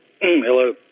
Hello